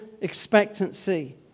expectancy